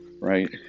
right